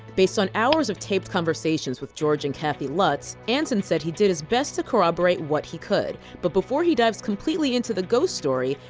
based on hours of taped conversations with george and kathy lutz, anson said he did his best to corroborate what he could. but before he dives completely into the ghost story,